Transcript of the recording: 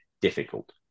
difficult